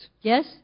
Yes